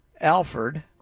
Alfred